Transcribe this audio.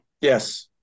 yes